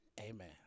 Amen